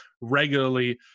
regularly